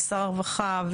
ולשר הרווחה,